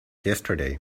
yesterday